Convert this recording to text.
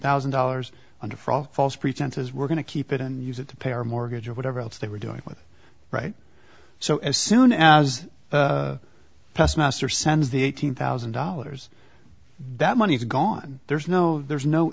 thousand dollars under false pretenses we're going to keep it and use it to pay our mortgage or whatever else they were doing right so as soon as past master sends the eight hundred thousand dollars that money's gone there's no there's no